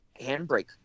handbrake